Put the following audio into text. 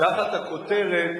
תחת הכותרת